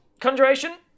Conjuration